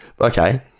Okay